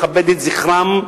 לכבד את זכרם,